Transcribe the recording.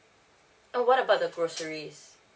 uh what about the groceries